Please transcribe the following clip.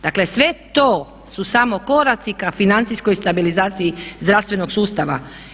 Dakle sve to su samo koraci ka financijskoj stabilizaciji zdravstvenog sustava.